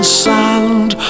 sand